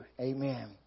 Amen